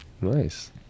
Nice